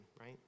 right